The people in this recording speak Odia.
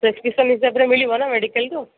ପ୍ରେସ୍କ୍ରିପସନ୍ ହିସାବରେ ମିଳିବ ନା ମେଡିକାଲ୍ରୁ